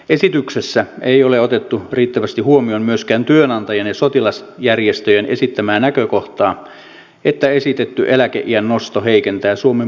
esityksessä ei ole otettu riittävästi huomioon myöskään sitä työnantajien ja sotilasjärjestöjen esittämää näkökohtaa että esitetty eläkeiän nosto heikentää suomen puolustuskykyä